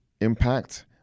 impact